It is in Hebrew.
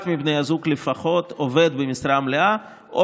אחד מבני הזוג לפחות עובד במשרה מלאה או